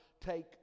take